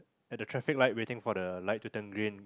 at the traffic light waiting for the light to turn green